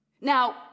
Now